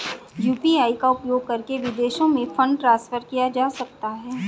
UPI का उपयोग करके विदेशों में फंड ट्रांसफर किया जा सकता है?